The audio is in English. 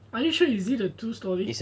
are you sure is it a true story